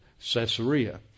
Caesarea